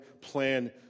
plan